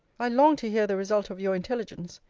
i long to hear the result of your intelligence.